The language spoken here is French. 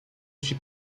suis